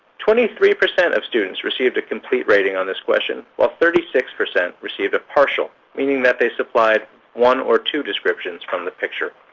twenty three percent of students received a complete rating on this question, while thirty six percent received a partial, meaning that they supplied one or two descriptions from the picture.